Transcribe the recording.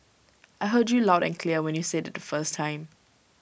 I heard you loud and clear when you said IT the first time